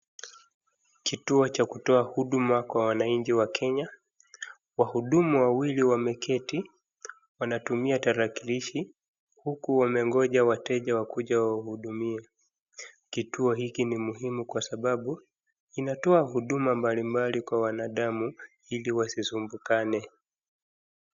Kituo cha kutoa huduma kwa wananchi wa Kenya, wahudumu wawili wameketi wanatumia tarakilishi huku wamengoja wateja wakuje wawahudumie. Kituo hiki ni muhimu kwasababu inatoa huduma mbalimbali kwa wanadamu iliwasisumbukane.